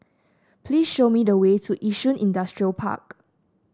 please show me the way to Yishun Industrial Park